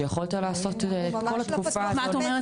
שיכולת לעשות כל התקופה הזאת --- הוא ממש לא פתוח הרבה זמן.